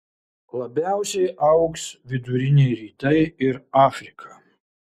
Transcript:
labiausiai augs viduriniai rytai ir afrika